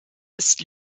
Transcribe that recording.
ist